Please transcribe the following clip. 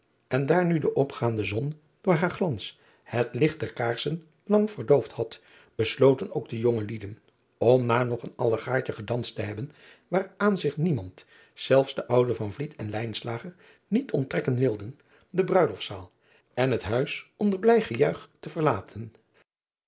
en daar nu de opgaande zon door haar glans het licht der kaarsen lang verdoofd had besloten ook de jongelieden om na nog een allegaartje gedanst te hebben waaraan zich niemand zelfs de oude en niet ont driaan oosjes zn et leven van aurits ijnslager trekken wilden de ruiloftszaal en het huis onder blij gejuich te verlaten